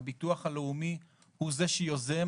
הביטוח הלאומי הוא זה שיוזם,